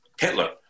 Hitler